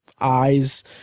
eyes